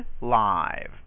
live